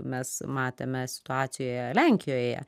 mes matėme situacijoje lenkijoje